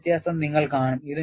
അതിനാൽ ആ വ്യത്യാസം നിങ്ങൾ കാണും